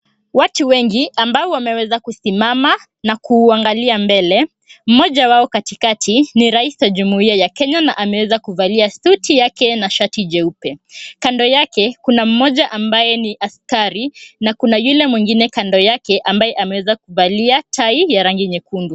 Watu wengi, ambao wameweza kusimama na kuangalia mbele, mmoja wao katikati ni Rais wa Jumuiya ya Kenya na ameweza kuvalia suti yake na shati jeupe. Kando yake, kuna mmoja ambaye ni askari na kuna yule mwengine kando yake, ambaye ameweza kuvalia tai ya rangi nyekundu.